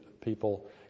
people